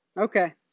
Okay